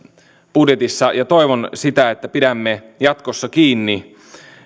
budjetissa on ja toivon että pidämme siitä jatkossa kiinni